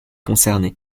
concerné